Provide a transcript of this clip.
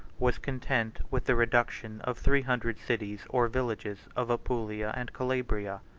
was content with the reduction of three hundred cities or villages of apulia and calabria,